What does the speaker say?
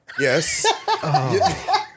yes